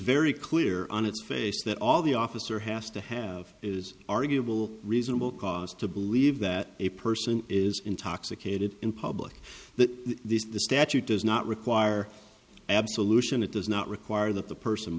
very clear on its face that all the officer has to have is arguable reasonable cause to believe that a person is intoxicated in public that the statute does not require absolution it does not require that the person